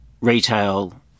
Retail